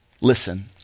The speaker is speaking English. Listen